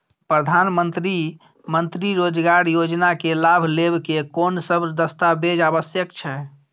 प्रधानमंत्री मंत्री रोजगार योजना के लाभ लेव के कोन सब दस्तावेज आवश्यक छै?